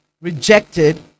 rejected